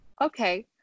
Okay